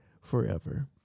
forever